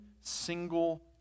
single